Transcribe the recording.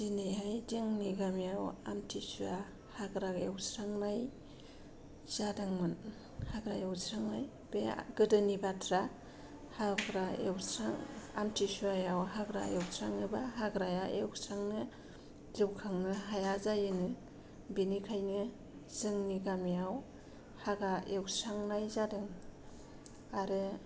दिनैहाय जोंनि गामियाव आमटिसुवा हाग्रा एवस्रांनाय जादोंमोन हाग्रा एवस्रांनाय बे गोदोनि बाथ्रा हाग्रा एवस्रां आम्थिसुवायाव हाग्रा एवस्राङोबा हाग्राया एवस्रांनो जौखांनो हाया जायोनो बेनिखायनो जोंनि गामियाव हाग्रा एवस्रांनाय जादों आरो